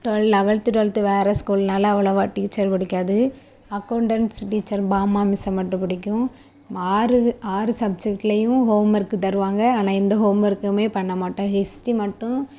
twelve லெவல்த்து twelfth வேறே ஸ்கூல்னால் அவ்வளோவா டீச்சர் பிடிக்காது அக்கௌண்டண்ஸ் டீச்சர் பாமா மிஸ்ஸை மட்டும் பிடிக்கும் மாறுது ஆறு சப்ஜெக்ட்லேயும் ஹோமர்க்கு தருவாங்க ஆனால் எந்த ஹோமர்க்குமே பண்ண மாட்டேன் ஹிஸ்ட்ரி மட்டும்